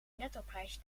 nettoprijs